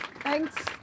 Thanks